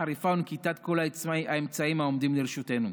חריפה ונקיטת כל האמצעים העומדים לרשותנו.